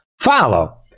follow